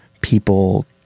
people